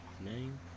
Name